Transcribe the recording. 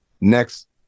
next